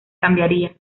cambiaría